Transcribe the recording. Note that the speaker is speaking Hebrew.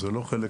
זה לא מהתקנות.